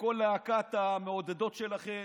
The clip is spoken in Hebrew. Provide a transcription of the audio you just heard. וכל להקת המעודדות שלכם,